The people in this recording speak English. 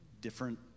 different